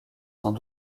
sans